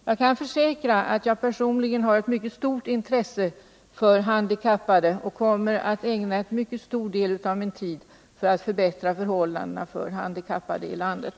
Jag kan försäkra att jag personligen har ett mycket stort intresse för handikappfrågorna och kommer att ägna en mycket stor del av min tid åt att förbättra förhållandena för handikappade i landet.